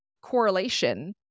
correlation